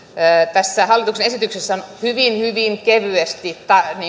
tässä hallituksen esityksessä on hyvin hyvin kevyesti